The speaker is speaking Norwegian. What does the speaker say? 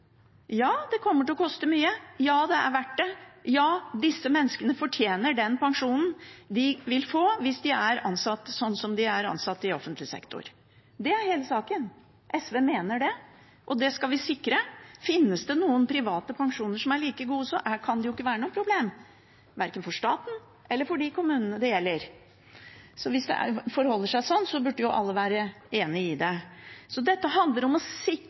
Ja, det kommer til å koste mye. Ja, det er verdt det. Ja, disse menneskene fortjener den pensjonen de vil få, hvis de er ansatt slik som dem som er ansatt i offentlig sektor. Det er hele saken. SV mener det, og det skal vi sikre. Finnes det noen private pensjoner som er like gode, kan det jo ikke være noe problem verken for staten eller for de kommunene det gjelder. Så hvis det forholder seg slik, burde alle være enig i det. Dette handler om å